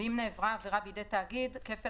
ואם נעברה העבירה בידי תאגיד כפל